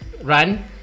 run